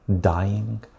dying